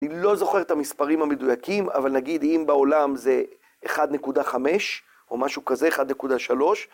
אני לא זוכר את המספרים המדויקים אבל נגיד אם בעולם זה 1.5 או משהו כזה 1.3